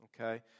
okay